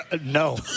No